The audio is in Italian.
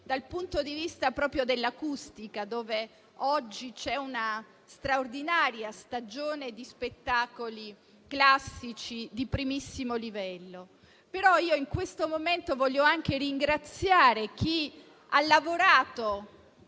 dal punto di vista dell'acustica, dove oggi c'è una meravigliosa stagione di spettacoli classici di primissimo livello. In questo momento voglio anche ringraziare chi ha lavorato